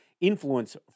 influence